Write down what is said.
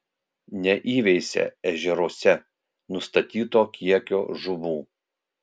neįveisė ežeruose nustatyto kiekio žuvų